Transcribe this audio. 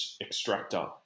extractor